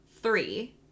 three